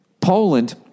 Poland